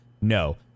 no